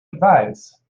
advise